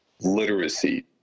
literacy